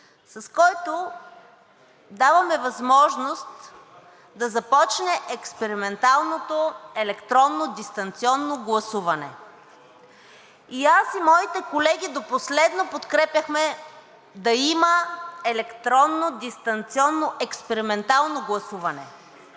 с което даваме възможност да започне експерименталното електронно дистанционно гласуване. И аз, и моите колеги до последно подкрепяхме да има електронно дистанционно експериментално гласуване.